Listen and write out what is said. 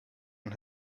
and